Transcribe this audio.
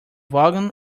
wagon